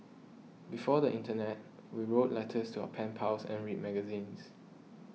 before the internet we wrote letters to our pen pals and read magazines